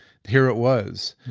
here it was.